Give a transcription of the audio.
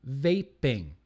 vaping